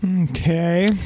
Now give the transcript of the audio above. Okay